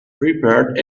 prepared